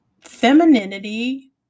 femininity